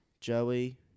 Joey